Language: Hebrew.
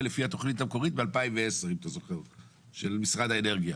לפי התוכנית המקורית ב-2010 של משרד האנרגיה.